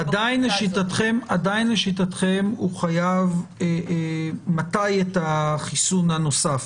עדיין לשיטתכם הוא חייב מתי את החיסון הנוסף?